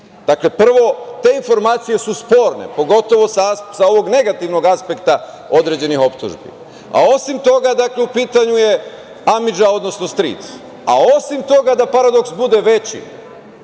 Prvo, te informacije su sporne pogotovo sa ovog negativnog aspekta određenih optužbi, a osim toga u pitanju je amidža, odnosno stric, a osim toga da paradoks bude veći